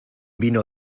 vino